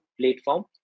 platform